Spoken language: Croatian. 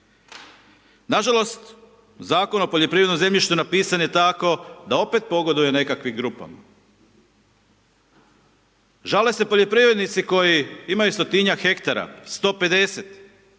Nažalost, Zakon o poljoprivrednom zemljištu napisan je tako da opet pogoduje nekakvim grupama. Žale se poljoprivrednici koji imaju stotinjak hektara, 150,